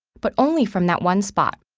but only from that one spot.